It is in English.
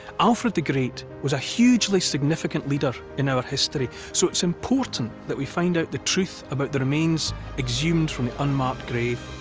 alfred the great was a hugely significant leader in our history, so it's important that we find out the truth about the remains exhumed from the unmarked grave.